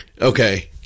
Okay